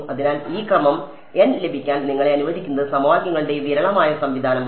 അതിനാൽ ഈ ക്രമം n ലഭിക്കാൻ നിങ്ങളെ അനുവദിക്കുന്നത് സമവാക്യങ്ങളുടെ ഈ വിരളമായ സംവിധാനമാണ്